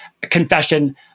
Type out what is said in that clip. confession